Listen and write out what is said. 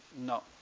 No